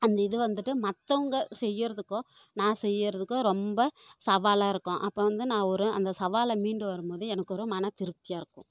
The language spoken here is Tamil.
அந்த இது வந்துட்டு மற்றவங்க செய்யுறதுக்கோ நான் செய்யுறதுக்கோ ரொம்ப சவாலாக இருக்கும் அப்போது வந்து நான் ஒரு அந்த சவாலை மீண்டு வரும்போது எனக்கொரு மனதிருப்தியாக இருக்கும்